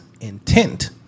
intent